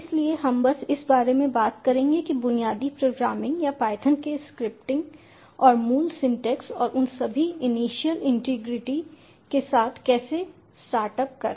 इसलिए हम बस इस बारे में बात करेंगे कि बुनियादी प्रोग्रामिंग या पायथन में स्क्रिप्टिंग और मूल सिंटैक्स और उन सभी इनिशियल इंटीग्रिटी के साथ कैसे स्टार्टअप करें